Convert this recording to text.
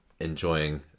enjoying